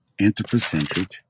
anthropocentric